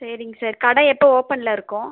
சரிங்க சார் கடை எப்போ ஓப்பனில் இருக்கும்